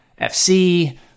FC